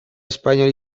espainol